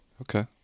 Okay